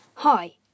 Hi